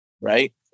right